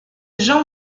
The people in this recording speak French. jean